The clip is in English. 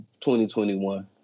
2021